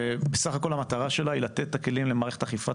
בסך הכול המטרה שלה היא לתת את הכלים למערכת אכיפת